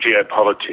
geopolitics